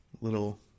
little